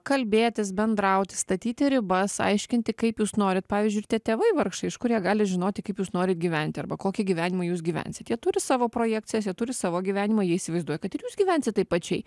kalbėtis bendrauti statyti ribas aiškinti kaip jūs norit pavyzdžiui tie tėvai vargšai iš kur jie gali žinoti kaip jūs norit gyventi arba kokį gyvenimą jūs gyvensit jie turi savo projekcijas jie turi savo gyvenimą jie įsivaizduoja kad ir jūs gyvensit taip pačiai